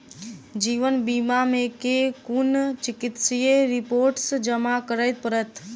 जीवन बीमा मे केँ कुन चिकित्सीय रिपोर्टस जमा करै पड़त?